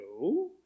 No